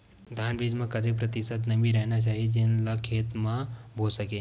धान बीज म कतेक प्रतिशत नमी रहना चाही जेन ला खेत म बो सके?